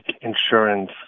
insurance